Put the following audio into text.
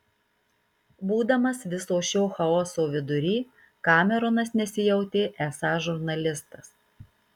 būdamas viso šio chaoso vidury kameronas nesijautė esąs žurnalistas